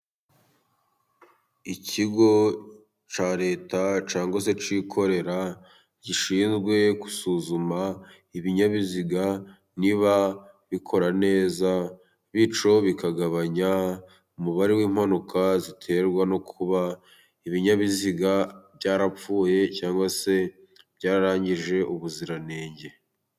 Ikigo cya Leta cyangwa se cyikorera gishinzwe gusuzuma ibinyabiziga niba bikora neza, bityo bikagabanya umubare w'impanuka ziterwa no kuba ibinyabiziga byarapfuye, cyangwa se byararangije ubuziranenge.